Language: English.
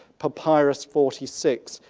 papyrus forty six,